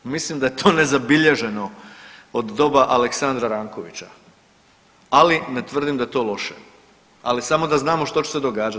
Mislim da je to nezabilježeno od doba Aleksandra Rankovića, ali ne tvrdim da je to loše, ali samo da znamo što će se događat.